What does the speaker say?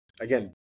again